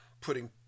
putting